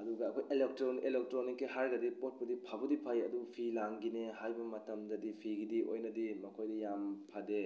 ꯑꯗꯨꯒ ꯑꯩꯈꯣꯏ ꯑꯦꯂꯦꯛꯇ꯭ꯔꯣꯅꯤꯛꯀꯤ ꯍꯥꯏꯔꯒꯗꯤ ꯄꯣꯠꯄꯨꯗꯤ ꯐꯕꯨꯗꯤ ꯐꯩ ꯑꯗꯨ ꯐꯤ ꯂꯥꯡꯒꯤꯅꯦ ꯍꯥꯏꯕ ꯃꯇꯝꯗꯗꯤ ꯐꯤꯒꯤꯗꯤ ꯑꯣꯏꯅꯗꯤ ꯃꯈꯣꯏꯗꯤ ꯌꯥꯝ ꯐꯗꯦ